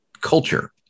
culture